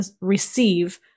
receive